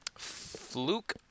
fluke